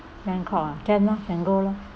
bangkok ah can lor can go lor